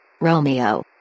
Romeo